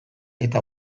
eta